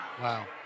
Wow